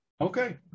Okay